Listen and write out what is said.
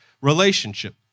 relationship